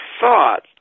thought